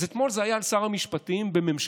אז אתמול זה היה על שר המשפטים בממשלתו,